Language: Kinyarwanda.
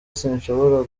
sinshobora